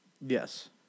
Yes